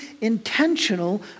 intentional